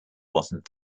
wasn’t